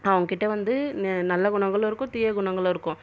அவங்க கிட்ட வந்து நல்ல குணங்களும் இருக்கும் தீய குணங்களும் இருக்கும்